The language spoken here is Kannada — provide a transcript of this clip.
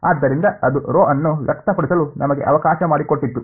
ಆದ್ದರಿಂದ ಅದು ⍴ ಅನ್ನು ವ್ಯಕ್ತಪಡಿಸಲು ನಮಗೆ ಅವಕಾಶ ಮಾಡಿಕೊಟ್ಟಿತು